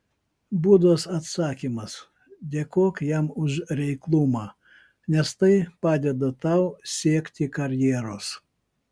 budos atsakymas dėkok jam už reiklumą nes tai padeda tau siekti karjeros